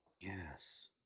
Yes